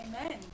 Amen